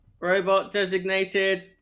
Robot-designated